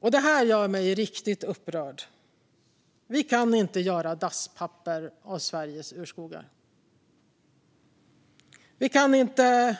Det här gör mig riktigt upprörd. Vi kan inte göra dasspapper av Sveriges urskogar. Vi kan inte